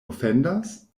ofendas